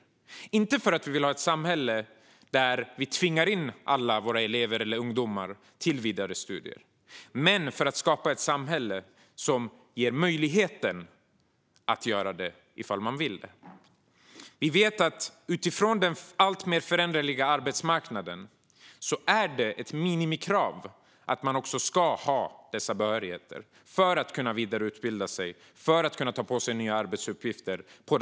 Det handlar inte om att vi vill ha ett samhälle där vi tvingar alla våra ungdomar till vidare studier utan om att skapa ett samhälle som ger den som vill möjligheten att studera vidare. Vi vet att det på den alltmer föränderliga svenska arbetsmarknaden är ett minimikrav att man har dessa behörigheter för att kunna vidareutbilda sig och ta på sig nya arbetsuppgifter.